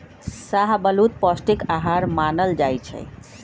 शाहबलूत पौस्टिक अहार मानल जाइ छइ